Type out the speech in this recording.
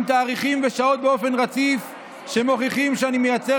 עם תאריכים ושעות באופן רציף שמוכיחים שאני מייצר